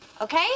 Okay